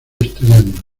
estudiando